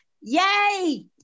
Yay